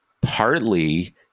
partly